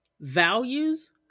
values